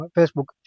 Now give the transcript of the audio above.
Facebook